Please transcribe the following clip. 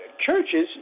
churches